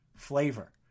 flavor